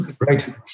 Right